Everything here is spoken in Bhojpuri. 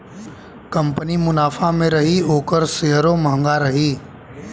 कंपनी मुनाफा मे रही ओकर सेअरो म्हंगा रही